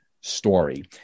story